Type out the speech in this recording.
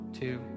two